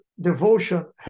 devotion